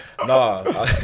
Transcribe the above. No